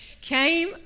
Came